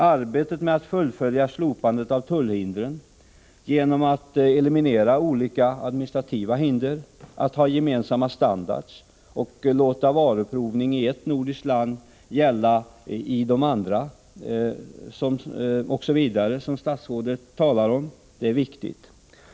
Arbetet med att fullfölja slopandet av tullhindren genom att eliminera olika administrativa spärrar, att ha gemensamma standarder och och låta varuprovning i ett nordiskt land gälla i ett annat osv. —- som statsrådet talar om — är viktigt.